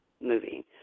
movie